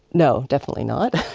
no, definitely not.